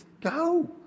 Go